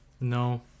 No